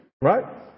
Right